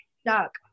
stuck